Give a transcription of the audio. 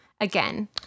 again